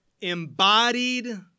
embodied